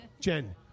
Jen